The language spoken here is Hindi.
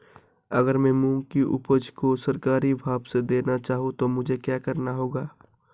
अगर मैं मूंग की उपज को सरकारी भाव से देना चाहूँ तो मुझे क्या करना होगा?